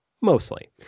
mostly